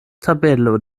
tabelo